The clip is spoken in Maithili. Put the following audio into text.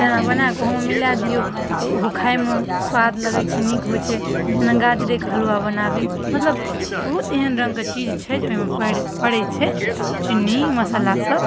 तेना बनाकऽ ओहोमे मिला दिऔ तऽ ओहो खाइमे सुआद लगै छै नीक होइ छै जेना गाजरेके हलुआ बनाबी मतलब बहुत एहन रङ्गके चीज छै जे ओहिमे पड़ि पड़ै छै चिन्नी मसालासब